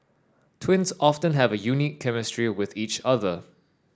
twins often have a unique chemistry with each other